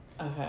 okay